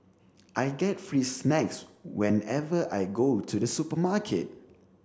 I get free snacks whenever I go to the supermarket